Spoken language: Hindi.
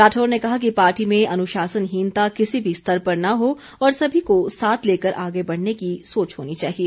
राठौर ने कहा कि पार्टी में अनुशासनहीनता किसी भी स्तर पर न हो और सभी को साथ लेकर आगे बढ़ने की सोच होनी चाहिए